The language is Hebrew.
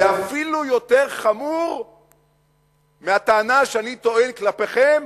זה אפילו יותר חמור מהטענה שאני טוען כלפיכם